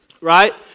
Right